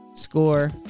score